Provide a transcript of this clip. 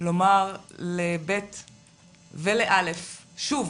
לומר ל-ב' ול-א' שוב